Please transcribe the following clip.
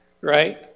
right